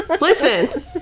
listen